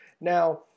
Now